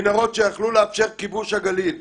מנהרות שיכלו לאפשר כיבוש הגליל.